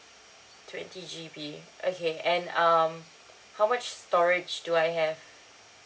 twenty G_B okay and um how much storage do I have